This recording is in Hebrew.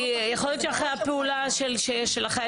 כי יכול להיות שאחרי הפעולה של החיילים